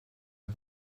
are